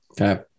Okay